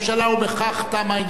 ובכך תם העניין.